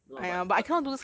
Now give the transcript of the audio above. no lah but but